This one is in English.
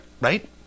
Right